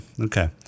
Okay